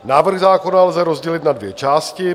Návrh zákona lze rozdělit na dvě části.